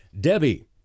Debbie